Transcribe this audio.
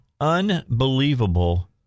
unbelievable